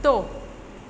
कुतो